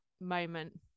moment